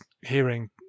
hearing